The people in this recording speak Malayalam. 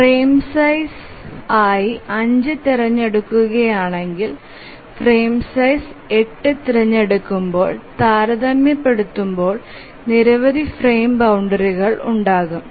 ഫ്രെയിം സൈസ് ആയി 5 തിരഞ്ഞെടുക്കുകയാണെങ്കിൽ ഫ്രെയിം സൈസ് 8 തിരഞ്ഞെടുക്കുമ്പോൾ താരതമ്യപ്പെടുത്തുമ്പോൾ നിരവധി ഫ്രെയിം ബൌണ്ടറികൾ ഉണ്ടാകും